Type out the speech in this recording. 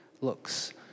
looks